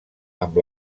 amb